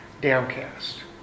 downcast